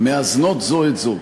מאזנות זו את זו,